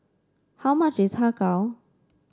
how much is Har Kow